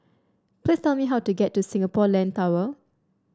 please tell me how to get to Singapore Land Tower